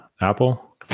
apple